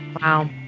Wow